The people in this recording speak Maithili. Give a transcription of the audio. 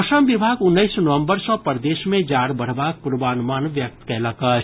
मौसम विभाग उन्नैस नवंबर सँ प्रदेश मे जाड़ बढ़बाक पूर्वानुमान व्यक्त कयलक अछि